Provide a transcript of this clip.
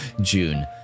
June